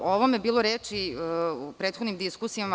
O ovome je bilo reči u prethodnim diskusijama.